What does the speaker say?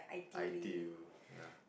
ideal ya